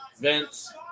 Vince